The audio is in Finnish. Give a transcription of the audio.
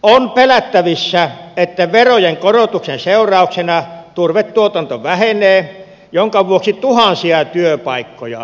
on pelättävissä että verojen korotuksen seurauksena turvetuotanto vähenee minkä vuoksi tuhansia työpaikkoja menetetään